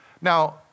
Now